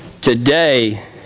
Today